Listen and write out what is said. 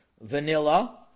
vanilla